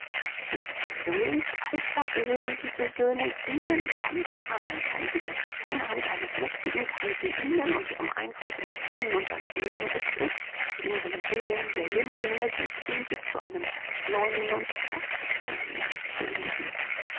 bis zum jünglingsalter gehören diese söhne ihnen ganz an kein gesetz keine hand eines mächtigen kann sie ihnen und ihrem einfluß entziehen und an ihnen ist es in die seelen der jünglinge die triebe zu einem neuen und kräftigeren leben zu legen